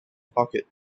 pocket